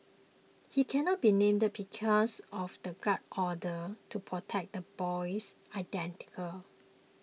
he cannot be named because of the gag order to protect the boy's identical